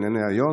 ענייני היום.